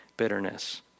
bitterness